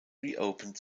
reopened